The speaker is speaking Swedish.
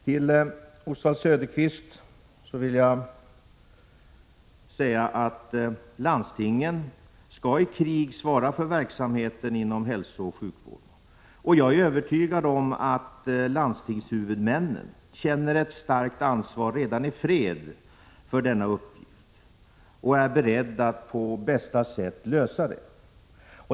Till Oswald Söderqvist vill jag säga att det är landstingen som i krig skall svara för verksamheten inom hälsooch sjukvården. Jag är övertygad om att landstingshuvudmännen redan i fred känner ett starkt ansvar för denna uppgift och är beredda att sköta den på bästa sätt.